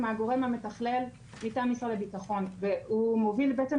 הוא מוביל את העבודה,